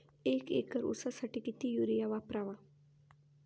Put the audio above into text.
एक एकर ऊसासाठी किती युरिया वापरावा?